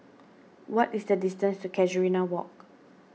what is the distance to Casuarina Walk